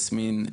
יסמין,